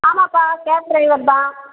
ஆமாப்பா cab driver தான்